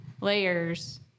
layers